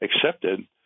accepted